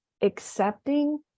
accepting